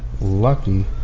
Lucky